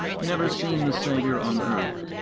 never seen the saviour on earth,